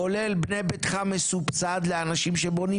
כולל בני ביתך מסובסד לאנשים שבונים